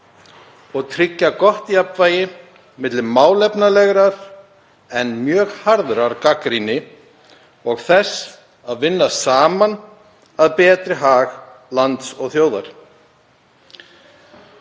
og tryggja gott jafnvægi milli málefnalegrar en mjög harðrar gagnrýni og þess að vinna saman að betri hag lands og þjóðar.